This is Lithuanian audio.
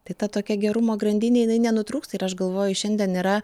tai ta tokia gerumo grandinė jinai nenutrūksta ir aš galvoju šiandien yra